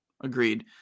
Agreed